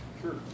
Sure